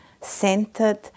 centered